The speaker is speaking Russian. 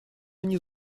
они